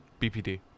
BPD